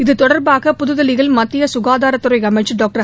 இதுதொடர்பாக புதுதில்லியில் மத்திய சுகாதாரத்துறை அமைச்சர் டாக்டர்